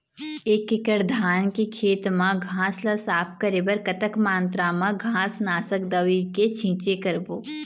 एक एकड़ धान के खेत मा घास ला साफ करे बर कतक मात्रा मा घास नासक दवई के छींचे करबो?